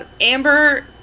Amber